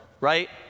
Right